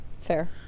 Fair